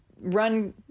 run